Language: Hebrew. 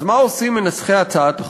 אז מה עושים מנסחי הצעת החוק?